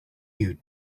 you